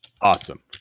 Awesome